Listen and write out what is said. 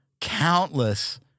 countless